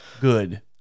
Good